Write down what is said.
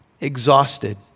exhausted